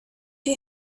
you